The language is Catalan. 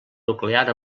nuclear